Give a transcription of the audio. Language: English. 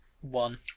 One